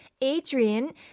Adrian